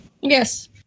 Yes